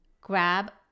Grab